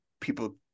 people